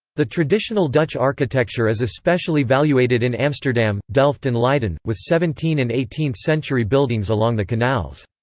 the traditional dutch architecture is especially valuated in amsterdam, delft and leiden, with seventeen and eighteenth century buildings along the canals.